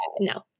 No